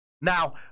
Now